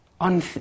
on